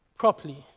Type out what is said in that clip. properly